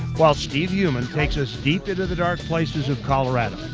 while steven heumann takes us deep into the dark places of colorado.